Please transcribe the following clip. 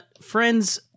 friends